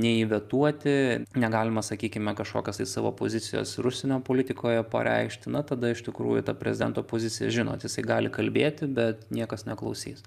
nei vetuoti negalima sakykime kažkokias tai savo pozicijas ir užsienio politikoje pareikšti na tada iš tikrųjų ta prezidento pozicija žinot jisai gali kalbėti bet niekas neklausys